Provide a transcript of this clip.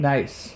Nice